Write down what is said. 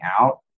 out